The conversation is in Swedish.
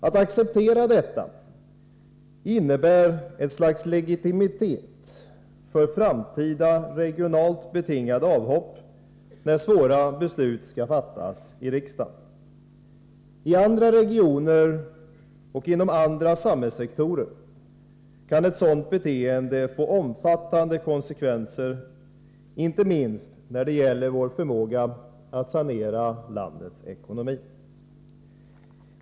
Att acceptera detta innebär ett slags legitimitet för framtida regionalt betingade avhopp när svåra beslut skall fattas i riksdagen. I andra regioner och inom andra samhällssektorer kan ett sådant beteende få omfattande konsekvenser, inte minst när det gäller vår förmåga att sanera landets ekonomi.